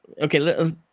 Okay